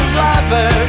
lovers